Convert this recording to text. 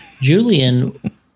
Julian